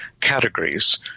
categories